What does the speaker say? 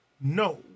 No